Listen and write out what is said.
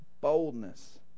boldness